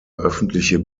öffentliche